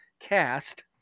cast